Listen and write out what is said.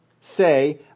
say